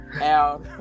out